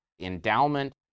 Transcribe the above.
endowment